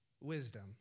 wisdom